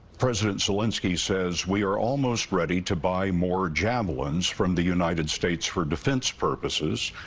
president zelensky says, we are almost ready to buy more javelins from the united states for defense purposes.